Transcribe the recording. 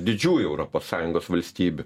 didžiųjų europos sąjungos valstybių